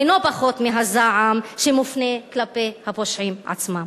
אינו פחות מהזעם שמופנה כלפי הפושעים עצמם.